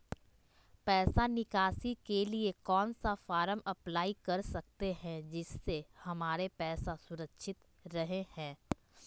पैसा निकासी के लिए कौन सा फॉर्म अप्लाई कर सकते हैं जिससे हमारे पैसा सुरक्षित रहे हैं?